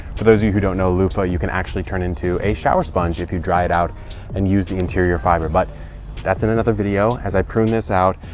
for those of you who don't know luffa, you can actually turn into a shower sponge if you dry it out and use the interior fiber, but that's in another video. as i prune this out,